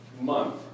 month